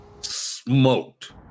smoked